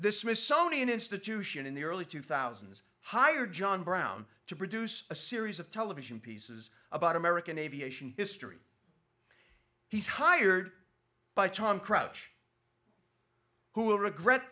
this smithsonian institution in the early two thousand hired john browne to produce a series of television pieces about american aviation history he's hired by tom crouch who will regret